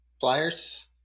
Flyers